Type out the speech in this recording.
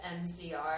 MCR